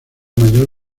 mayor